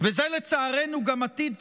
וזה לצערנו גם עתיד,